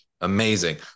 amazing